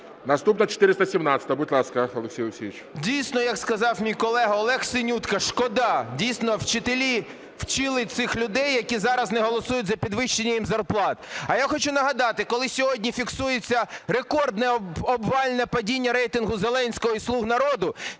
Наступна 417-а. Будь ласка, Олексій Олексійович. 10:06:16 ГОНЧАРЕНКО О.О. Дійсно, як сказав мій колега Олег Синютка, шкода, дійсно, вчителі вчили цих людей, які зараз не голосують за підвищення їм зарплат. А я хочу нагадати, коли сьогодні фіксується рекордне обвальне падіння рейтингу Зеленського і "слуг народу",